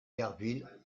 derville